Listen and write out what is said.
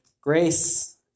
grace